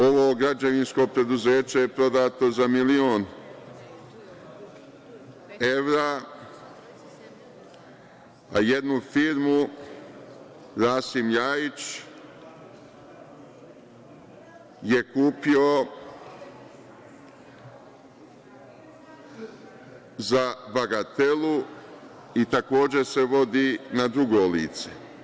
Ovo građevinsko preduzeće je prodato za milion evra, a jednu firmu Rasim Ljajić je kupio za bagatelu i takođe se vodi na drugo lice.